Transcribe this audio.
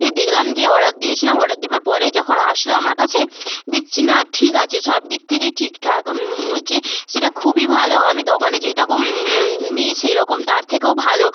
এ দেখলাম যে অর্ডার দিয়েছিলাম অর্ডার দেবার পরে যখন আসলো আমার কাছে দেখছি না ঠিক আছে সব দিক থেকেই ঠিকঠাক হচ্ছে সেটা খুবই ভালো আমি দোকানে যেই রকম নিই সেরকম তার থেকেও ভালো